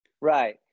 Right